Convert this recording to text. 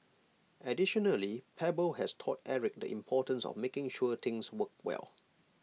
additionally Pebble has taught Eric the importance of making sure things worked well